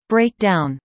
Breakdown